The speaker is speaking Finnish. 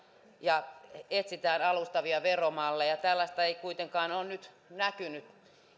ja etsitään alustavia veromalleja tällaista ei kuitenkaan ole nyt näkynyt